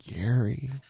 Gary